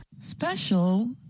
Special